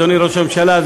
אדוני ראש הממשלה,